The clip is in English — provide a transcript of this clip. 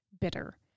bitter